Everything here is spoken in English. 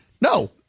no